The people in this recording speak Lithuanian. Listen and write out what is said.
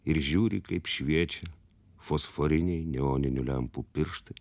ir žiūri kaip šviečia fosforiniai neoninių lempų pirštai